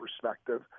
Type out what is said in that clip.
perspective